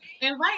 Invite